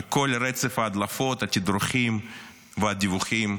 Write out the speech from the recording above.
על כל רצף ההדלפות, התדרוכים והדיווחים,